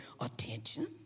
attention